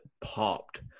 popped